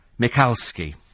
Mikalski